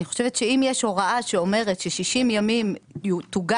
אני חושבת שאם יש הוראה שאומרת ש-60 ימים תוגש